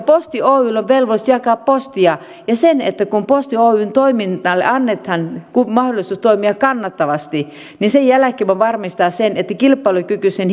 posti oyllä on velvollisuus jakaa postia ja kun posti oyn toiminnalle annetaan mahdollisuus toimia kannattavasti niin sen jälkeen voimme varmistaa sen että kilpailukykyisen